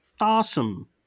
awesome